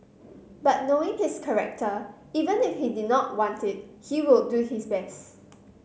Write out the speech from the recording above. but knowing his character even if he did not want it he would do his best